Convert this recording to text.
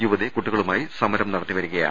യുവതി കുട്ടികളു മായി സമരം നടത്തിവരികയാണ്